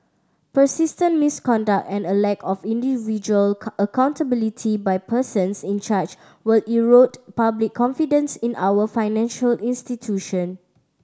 persistent misconduct and a lack of individual accountability by persons in charge will erode public confidence in our financial institution